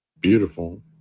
Beautiful